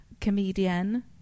comedian